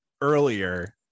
earlier